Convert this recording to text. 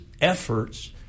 efforts